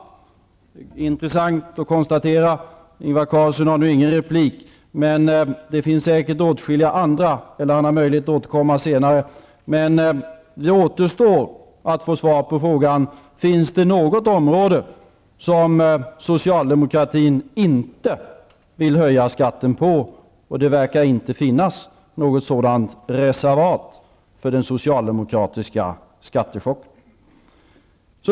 Det är intressant att konstatera -- Ingvar Carlsson har nu ingen replik, men han har möjlighet att återkomma senare. Det återstår att få svar på frågan: Finns det något område som socialdemokratin inte vill höja skatten på? Det verkar inte finnas något sådant reservat för den socialdemokratiska skattechocken.